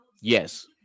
Yes